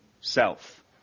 self